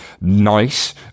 nice